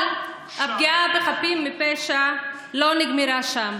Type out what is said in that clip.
אבל הפגיעה בחפים מפשע לא נגמרה שם.